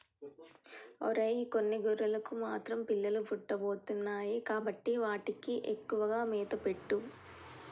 ఒరై కొన్ని గొర్రెలకు మాత్రం పిల్లలు పుట్టబోతున్నాయి కాబట్టి వాటికి ఎక్కువగా మేత పెట్టు